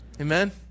Amen